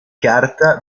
carta